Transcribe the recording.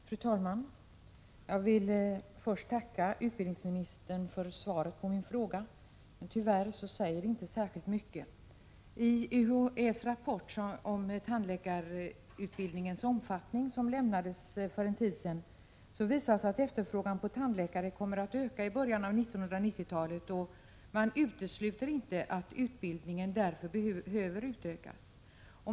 Fru talman! Jag vill först tacka utbildningsministern för svaret på min fråga. Tyvärr säger det inte särskilt mycket. I UHÄ:s rapport om tandläkarutbildningens omfattning, som lämnades för en tid sedan, visas att efterfrågan på tandläkare kommer att öka i början av 1990-talet, och man utesluter inte att utbildningen därför behöver utökas.